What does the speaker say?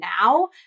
now